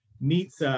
meets